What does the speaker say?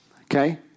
Okay